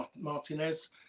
Martinez